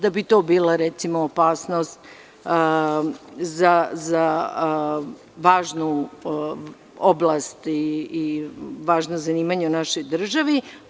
To bi bila, recimo, opasnost za važnu oblast i važna zanimanja u našoj državi.